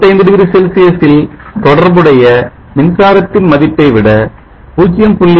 25 degree செல்சியஸில் தொடர்புடைய மின்சாரத்தின் மதிப்பைவிட 0